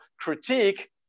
critique